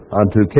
unto